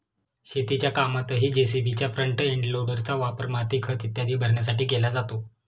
शेतीच्या कामातही जे.सी.बीच्या फ्रंट एंड लोडरचा वापर माती, खत इत्यादी भरण्यासाठी केला जातो